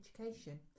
education